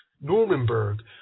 Nuremberg